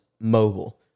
mobile